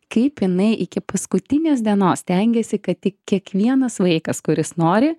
kaip jinai iki paskutinės dienos stengiasi kad tik kiekvienas vaikas kuris nori